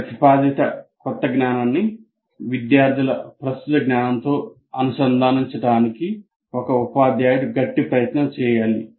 ప్రతిపాదిత కొత్త జ్ఞానాన్ని విద్యార్థుల ప్రస్తుత జ్ఞానంతో అనుసంధానించడానికి ఒక ఉపాధ్యాయుడు గట్టి ప్రయత్నం చేయాలి